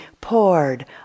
poured